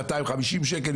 250 שקלים,